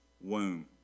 womb